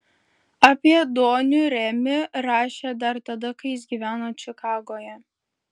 apie donių remį rašė dar tada kai jis gyveno čikagoje